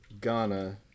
Ghana